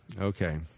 Okay